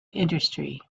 industry